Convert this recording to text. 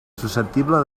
susceptible